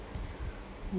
ya